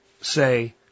say